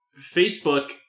Facebook